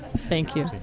thank you.